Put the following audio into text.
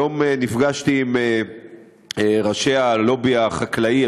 היום נפגשתי עם ראשי הלובי החקלאי,